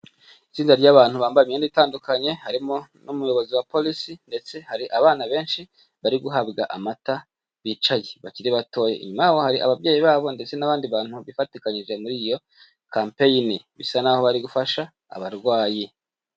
Itsinda ry'abantu bambaye imyenda itandukanye harimo n'umuyobozi wa polisi ndetse hari abana benshi bari guhabwa amata bicaye bakiri batoya, inyuma yabo hari ababyeyi babo ndetse n'abandi bantu bifatikanyije n'iyo kampeyini, bisa naho bari gufasha abarwayi.